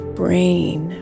brain